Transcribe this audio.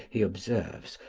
he observes,